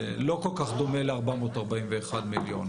זה לא כל כך דומה ל-441 מיליון.